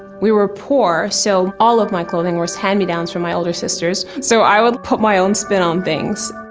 we were poor, so all of my clothing was hand-me-downs from my older sisters, so i would put my own spin on things.